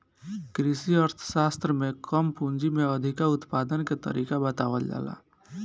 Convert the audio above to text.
कृषि अर्थशास्त्र में कम पूंजी में अधिका उत्पादन के तरीका बतावल जाला